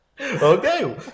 Okay